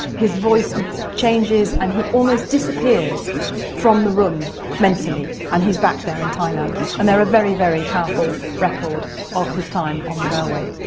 his voice changes and he almost disappears from the room mentally and he's back there in thailand. and they're a very, very powerful record of his time on the railway.